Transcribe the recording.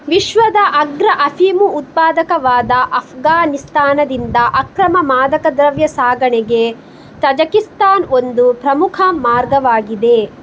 ವಿಶ್ವದ ಅಗ್ರ ಅಫೀಮು ಉತ್ಪಾದಕವಾದ ಅಫ್ಗಾನಿಸ್ತಾನದಿಂದ ಅಕ್ರಮ ಮಾದಕ ದ್ರವ್ಯ ಸಾಗಣೆಗೆ ತಜಕಿಸ್ತಾನ್ ಒಂದು ಪ್ರಮುಖ ಮಾರ್ಗವಾಗಿದೆ